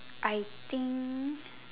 I think